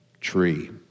tree